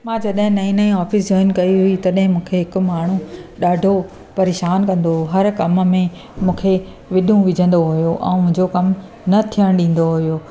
मां जॾहिं नई नई ऑफिस जॉयन कई हुई तॾहिं मूंखे हिक माण्हू ॾाढो परेशान कंदो हुओ हर कम में मूंखे विधूं विझंदो हुयो ऐं मुंहिंजो कम न थियणु ॾींदो हुयो